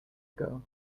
ago